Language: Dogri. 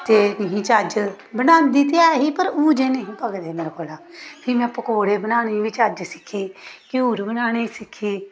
ते नेईं चज्ज बनांदी ते ऐ ही पर ओह् निं ने हे पकदे मेरे कोला फ्ही में पकौडे़ बनाने दी बी चज्ज सिक्खी घ्यूर बनाने दी सिक्खी